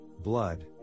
blood